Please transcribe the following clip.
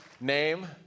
name